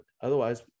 Otherwise